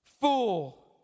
fool